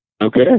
Okay